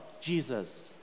Jesus